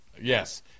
yes